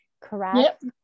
correct